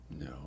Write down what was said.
No